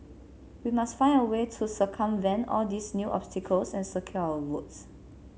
we must find a way to circumvent all these new obstacles and secure our votes